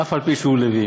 אף-על-פי שהוא לוי,